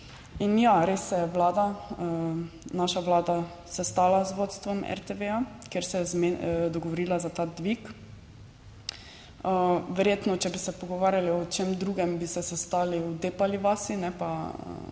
Ja, res se je vlada naša vlada sestala z vodstvom RTV, kjer se je dogovorila za ta dvig. Verjetno, če bi se pogovarjali o čem drugem, bi se sestali v Depali vasi, ne pa v